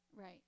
Right